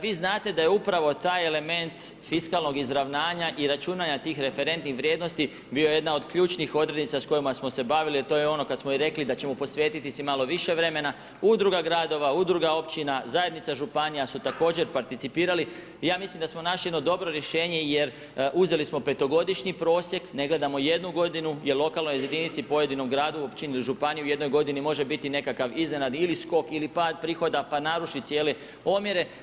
Vi znate da je upravo taj element fiskalnog izravnanja i računanja tih referentnih vrijednosti bio jedna od ključnih odrednica s kojima smo se bavili, a to je ono i kad smo rekli da ćemo se posvetiti si malo više vremena, Udruga gradova, Udruga općina, zajednica županija su također participirali i ja mislim da smo našli jedno dobro rješenje, jer uzeli smo peto godišnji prosjek, ne gledamo jednu godinu, jer lokalnoj jedinici, pojedinom gradu, općini ili županiji u jednoj godini može biti nekakav iznenadni, ili skok, ili pad prihoda, pa naruši cijele omjere.